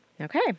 Okay